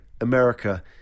America